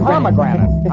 Pomegranate